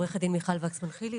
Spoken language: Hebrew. עו"ד מיכל וקסמן חילי,